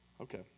Okay